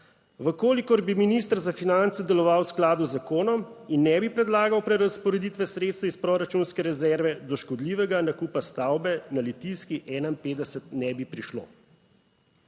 V kolikor bi minister za finance deloval v skladu z zakonom in ne bi predlagal prerazporeditve sredstev iz proračunske rezerve, do škodljivega nakupa stavbe na Litijski 51 ne bi prišlo.